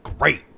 great